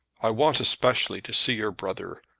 i want especially to see your brother.